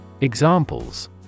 Examples